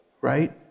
right